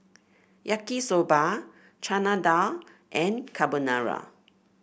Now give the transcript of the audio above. Yaki Soba Chana Dal and Carbonara